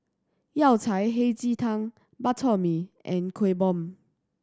Yao Cai Hei Ji Tang Bak Chor Mee and Kuih Bom